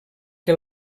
que